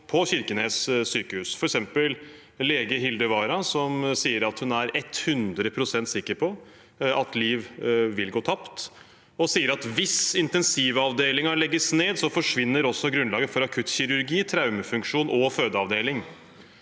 på Kirkenes sykehus, f.eks. lege Hilde Wara, som sier at hun er 100 pst. sikker på at liv vil gå tapt, og at hvis intensivavdelingen legges ned, forsvinner også grunnlaget for akuttkirurgi, traumefunksjon og fødeavdeling.